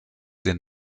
den